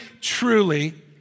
truly